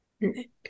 Nick